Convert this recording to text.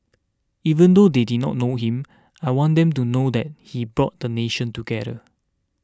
even though they did not know him I want them to know that he brought the nation together